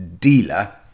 dealer